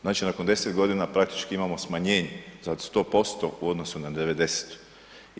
Znači nakon 10 godina praktički imamo smanjenje za 100% u odnosu na '90.-tu.